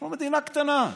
אנחנו מדינה קטנה.